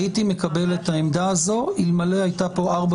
הייתי מקבל את העמדה הזו אלמלא הייתה פה ארבע